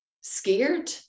scared